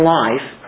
life